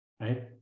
right